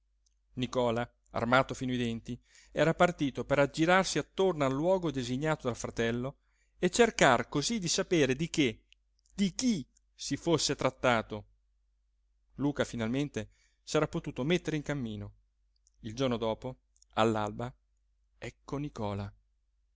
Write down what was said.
nicola armato fino ai denti era partito per aggirarsi attorno al luogo designato dal fratello e cercar cosí di sapere di che di chi si fosse trattato luca finalmente s'era potuto mettere in cammino il giorno dopo all'alba ecco nicola